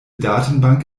datenbank